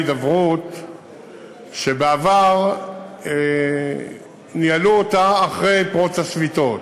הידברות שבעבר ניהלו אותה אחרי פרוץ השביתות.